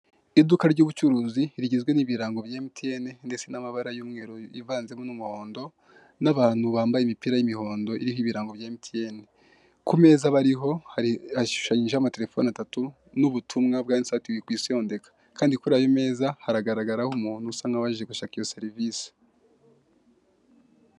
Iduka ry'ubucuruzi rigizwe n'ibirango bya metiyeni ndetse n'amabara y'umweru yivanzemo n'umuhondo n'abantu bambaye imipira y'imihondo iririho ibirango bya emutiyeni, ku meza bariho hashushanyijeho amatelefoni atatu n'butumwa bwanditseho ati wikwisondeka kandi kuri ayo haragaragaraho umuntu usa nkaho aje gushaka iyo serivisi.